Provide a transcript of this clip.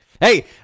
Hey